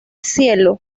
cielo